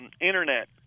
Internet